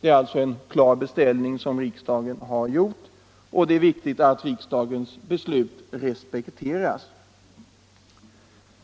Det är en klar beställning som riksdagen har gjort, och det är viktigt att riksdagens beslut respekteras.